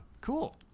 Cool